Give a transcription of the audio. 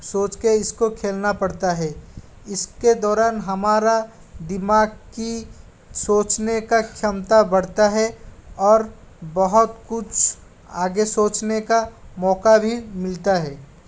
सोच के इसको खेलना पड़ता है इसके दौरान हमारे दिमाग़ की सोचने की क्षमता बढ़ती है और बहुत कुछ आगे सोचने का मौक़ा भी मिलता है